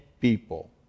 people